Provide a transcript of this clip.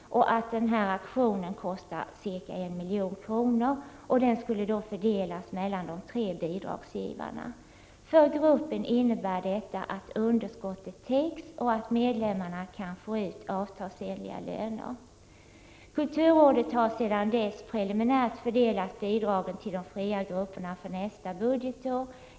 Denna aktion kostar ca 1 milj.kr., som skall fördelas mellan de tre bidragsgivarna. För gruppen innebär detta att underskottet täcks och att medlemmarna kan få ut avtalsenliga löner. Kulturrådet har sedan dess preliminärt fördelat bidragen till de fria grupperna för nästa budgetår.